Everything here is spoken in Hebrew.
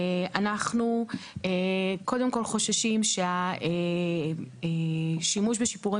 אנחנו קודם כל חוששים שהשימוש בשיפורי